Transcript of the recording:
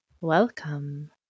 Welcome